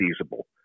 feasible